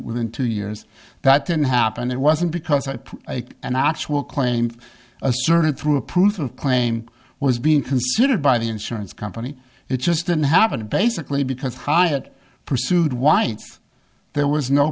within two years that didn't happen it wasn't because i put an actual claim asserted through a proof of claim was being considered by the insurance company it just didn't happen basically because hyatt pursued why it's there was no